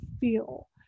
feel